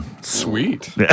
Sweet